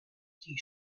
die